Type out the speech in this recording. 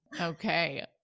Okay